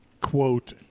quote